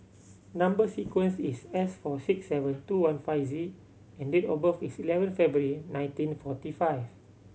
number sequence is S four six seven two one five Z and date of birth is eleven February nineteen forty five